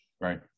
right